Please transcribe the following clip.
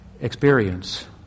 experience